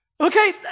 Okay